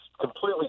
completely